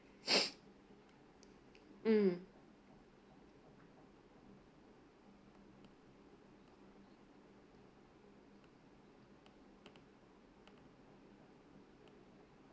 mm